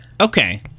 Okay